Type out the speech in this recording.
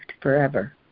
forever